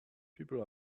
people